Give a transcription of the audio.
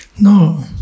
No